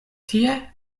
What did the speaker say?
tie